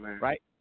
Right